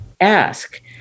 Ask